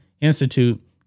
Institute